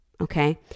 Okay